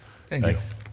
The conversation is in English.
Thanks